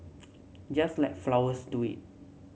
just let flowers do it